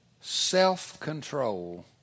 self-control